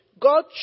God